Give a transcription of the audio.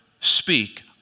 speak